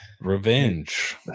revenge